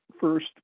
first